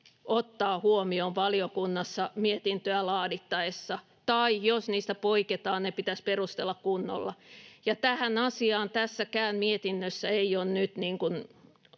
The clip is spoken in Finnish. ottaa huomioon valiokunnassa mietintöä laadittaessa, tai jos niistä poiketaan, ne pitäisi perustella kunnolla. Tähän asiaan tässäkään mietinnössä ei ole nyt